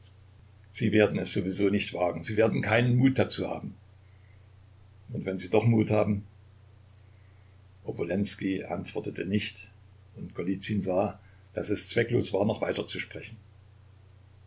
sie werden es sowieso nicht wagen sie werden keinen mut dazu haben und wenn sie doch mut haben obolenskij antwortete nicht und golizyn sah daß es zwecklos war noch weiter zu sprechen